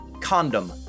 condom